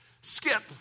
skip